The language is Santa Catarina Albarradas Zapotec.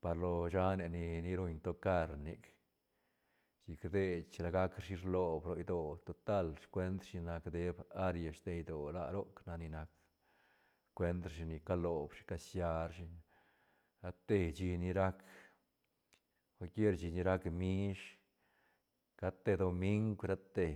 par lo shane ni- ni ruñ tocar nic chic rdei la gac rashi rlob ro idoö total scuent shi nac deeb área steiñ idoö la roc nac ni nac scuent rashi ni calob shi casia ra shi rate shí ni rac cualquier shíni rac mihs cad te domingu rate.